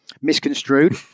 misconstrued